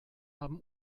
haben